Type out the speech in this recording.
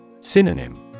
Synonym